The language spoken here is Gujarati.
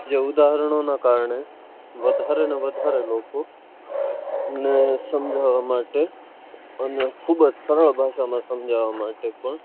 જે ઉદાહરણોનાં કારણે વધારે ને વધારે લોકો ને સમજાવવા માટે અને ખૂબ જ સરળ ભાષામાં સમજાવવા માટે પણ